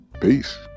Peace